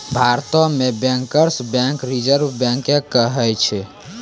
भारतो मे bankers bank Reserve Bank के कहै छै